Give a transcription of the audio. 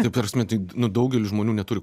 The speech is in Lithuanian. ta prasme tai nu daugelis žmonių neturi